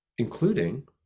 including